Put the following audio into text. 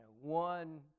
one